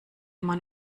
immer